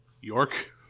York